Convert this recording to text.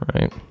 Right